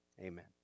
Amen